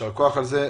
יישר כוח על זה.